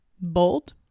bold